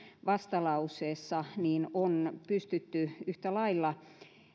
vastalauseessa on pystytty yhtä lailla